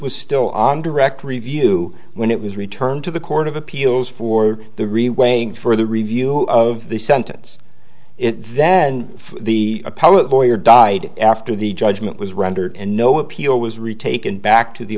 was still on direct review when it was returned to the court of appeals for the re weighing further review of the sentence it then the appellate lawyer died after the judgment was rendered and no appeal was retaken back to the